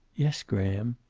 yes, graham.